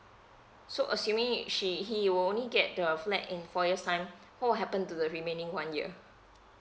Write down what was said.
so assuming it she he will only get the flat in four years time what will happen to the remaining one year